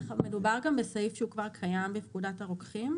מדובר בסעיף שהוא כבר קיים בפקודת הרוקחים,